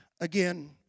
again